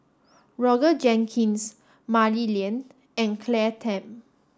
Roger Jenkins Mah Li Lian and Claire Tham